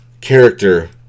character